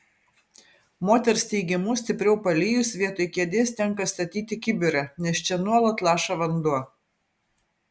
moters teigimu stipriau palijus vietoj kėdės tenka statyti kibirą nes čia nuolat laša vanduo